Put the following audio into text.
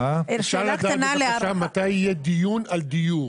אפשר לדעת, בבקשה, מתי יהיה דיון על דיור?